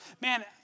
man